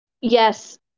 yes